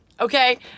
Okay